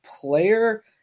player